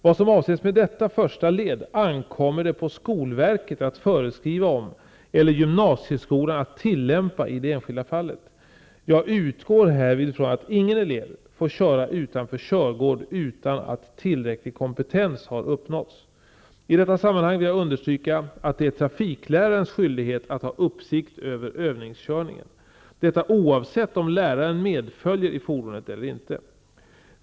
Vad som avses med detta första led ankommer det på skolverket att föreskriva om eller gymnasieskolan att tillämpa i det enskilda fallet. Jag utgår härvid från att ingen elev får köra utanför körgård utan att tillräcklig kompetens har uppnåtts. I detta sammanhang vill jag understryka att det är trafiklärarens skyldighet att ha uppsikt över övningskörningen -- detta oavsett om läraren medföljer i fordonet eller inte.